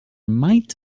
might